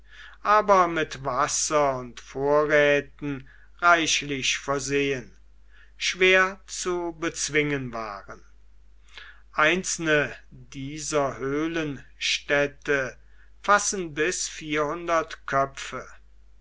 aber mit wasser und vorräten reichlich versehen schwer zu bezwingen waren einzelne dieser höhlenstädte fassen bis vier köpfe